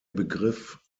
begriff